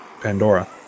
Pandora